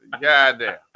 Goddamn